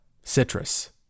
citrus